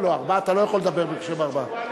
לא, אתה לא יכול לדבר בשם ארבעה.